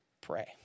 pray